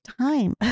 time